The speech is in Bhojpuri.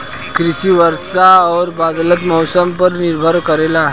कृषि वर्षा और बदलत मौसम पर निर्भर करेला